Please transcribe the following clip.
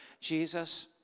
Jesus